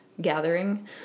gathering